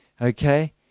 okay